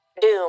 Doom